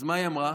אז מה היא אמרה?